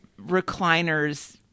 recliners